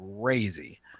crazy